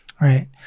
Right